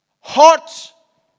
hot